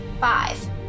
Five